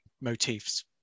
motifs